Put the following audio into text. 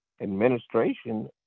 administration